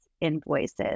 invoices